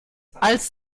als